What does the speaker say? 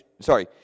sorry